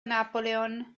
napoleon